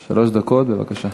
בבקשה.